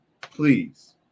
Please